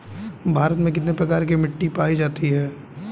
भारत में कितने प्रकार की मिट्टी पाई जाती हैं?